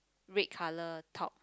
red color top